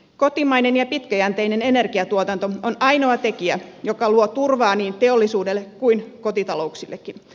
kotimainen ja pitkäjänteinen energiatuotanto on ainoa tekijä joka luo turvaa niin teollisuudelle kuin kotitalouksillekin